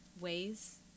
ways